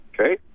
Okay